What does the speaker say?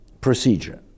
procedure